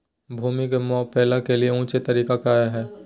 भूमि को मैपल के लिए ऊंचे तरीका काया है?